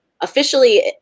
officially